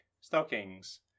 stockings